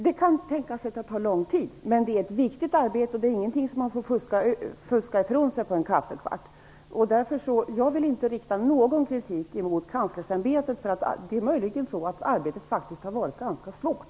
Det kan tyckas att det tar lång tid, men arbetet är viktigt och är inget som man får fuska ifrån sig på en kafferast. Jag vill inte rikta någon kritik mot Kanslersämbetet, för arbetet har faktiskt varit ganska svårt.